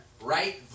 Right